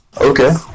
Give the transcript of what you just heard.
Okay